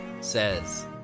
says